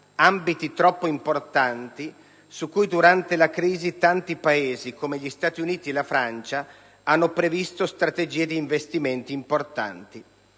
ambiti troppo importanti su cui, durante la crisi, tanti Paesi come gli Stati Uniti e la Francia hanno previsto strategie ed investimenti importanti.